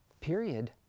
Period